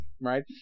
Right